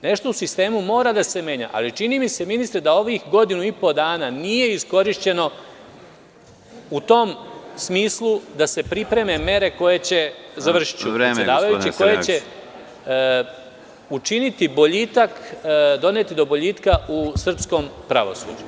Nešto u sistemu mora da se menja, ali čini mi se ministre da ovih godinu i po dana nije iskorišćeno u tom smislu da se pripreme mere koje će učiniti boljitak, doneti do boljitka u srpskom pravosuđu.